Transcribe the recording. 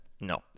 No